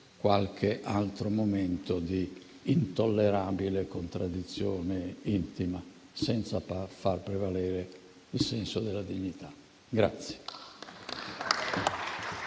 qualche altro momento di intollerabile contraddizione intima, senza far prevalere il senso della dignità.